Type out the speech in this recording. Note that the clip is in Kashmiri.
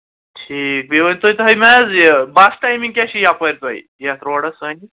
ٹھیٖک بیٚیہِ ؤنۍتو تُہۍ مےٚ حظ یہِ بَس ٹایمِنٛگ کیٛاہ چھِ یَپٲرۍ تۄہہِ یَتھ روڈَس سٲنہِ